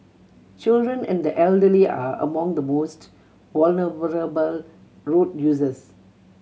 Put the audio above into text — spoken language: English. children and the elderly are among the most road users